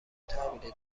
تحویل